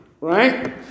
Right